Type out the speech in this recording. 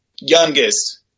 youngest